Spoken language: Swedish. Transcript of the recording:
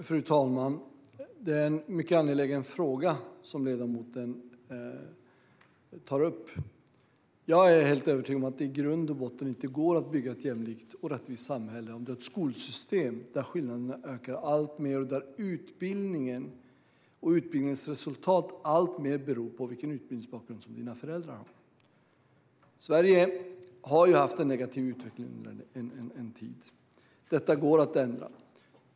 Fru talman! Det är en mycket angelägen fråga som ledamoten tar upp. Jag är helt övertygad om att det i grund och botten inte går att bygga ett jämlikt och rättvist samhälle om vi har ett skolsystem där skillnaderna ökar alltmer och där utbildningen och utbildningens resultat alltmer beror på vilken utbildningsbakgrund dina föräldrar har. Sverige har haft en negativ utveckling under en tid. Detta går att ändra.